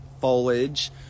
foliage